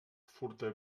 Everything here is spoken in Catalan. furta